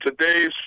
today's